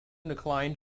declined